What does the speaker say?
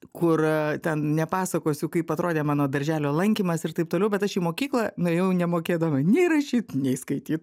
kur ten nepasakosiu kaip atrodė mano darželio lankymas ir taip toliau bet aš į mokyklą nuėjau nemokėdama nei rašyt nei skaityt